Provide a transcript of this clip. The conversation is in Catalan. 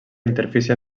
interfície